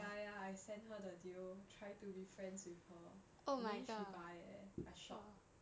ya ya I sent her the deal trying to be friends with her in the end she buy eh I shocked